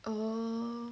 oo